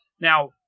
Now